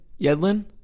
Yedlin